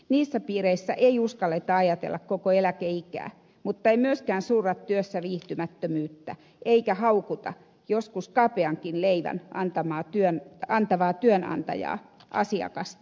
niissä piireissä ei uskalleta ajatella koko eläkeikää mutta ei myöskään surra työssä viihtymättömyyttä eikä haukuta joskus kapeankin leivän antamaan työn kantavaa työnantaja asiakas